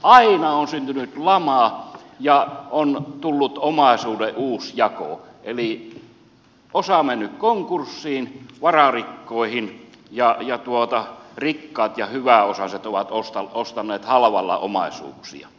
aina on syntynyt lama ja on tullut omaisuuden uusjako eli osa on mennyt konkurssiin vararikkoihin ja rikkaat ja hyväosaiset ovat ostaneet halvalla omaisuuksia